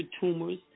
tumors